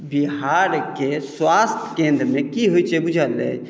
बिहारके स्वास्थ्य केन्द्रमे की होइत छै बूझल अइ